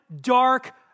dark